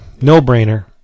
No-brainer